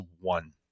one